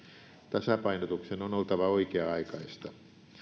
tasapainotuksen on oltava oikea aikaista